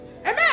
Amen